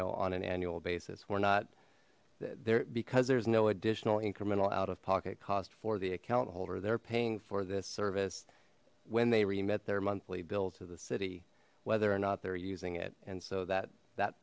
know on an annual basis we're not there because there's no additional incremental out of pocket cost for the account holder they're paying for this service when they remit their monthly bill to the city whether or not they're using it and so that that